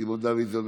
סימון דוידסון,